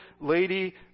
lady